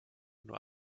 nur